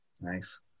Nice